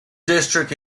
district